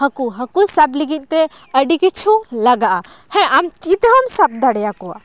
ᱦᱟᱹᱠᱩ ᱦᱟᱹᱠᱩ ᱥᱟᱵ ᱞᱟᱹᱜᱤᱫ ᱛᱮ ᱟᱹᱰᱤ ᱠᱤᱪᱷᱩ ᱞᱟᱜᱟᱜᱼᱟ ᱦᱮᱸ ᱟᱢ ᱛᱤ ᱛᱮᱦᱚᱢ ᱥᱟᱵ ᱫᱟᱲᱮ ᱟᱠᱚᱭᱟ